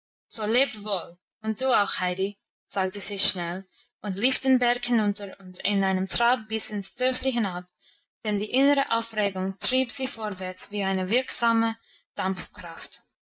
und du auch heidi sagte sie schnell und lief den berg hinunter in einem trab bis ins dörfli hinab denn die innere aufregung trieb sie vorwärts wie eine wirksame dampfkraft